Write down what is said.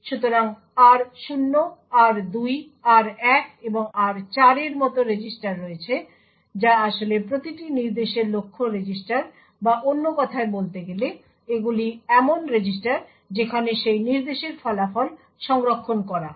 সুতরাং r0 r2 r1 এবং r4 এর মতো রেজিস্টার রয়েছে যা আসলে প্রতিটি নির্দেশের লক্ষ্য রেজিস্টার বা অন্য কথায় বলতে গেলে এইগুলি এমন রেজিস্টার যেখানে সেই নির্দেশের ফলাফল সংরক্ষণ করা হয়